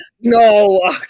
no